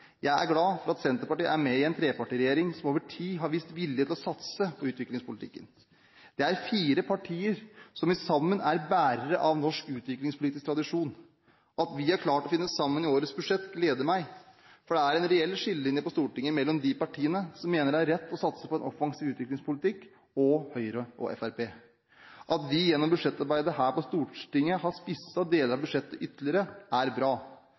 Jeg er glad for at Senterpartiet er med i en trepartiregjering som over tid har vist vilje til å satse på utviklingspolitikken. Det er fire partier som sammen er bærere av norsk utviklingspolitisk tradisjon. At vi har klart å finne sammen i årets budsjett, gleder meg, for det er en reell skillelinje på Stortinget mellom de partiene som mener det er rett å satse på en offensiv utviklingspolitikk, og Høyre og Fremskrittspartiet. At de gjennom budsjettarbeidet her på Stortinget har spisset deler av budsjettet ytterligere, er bra.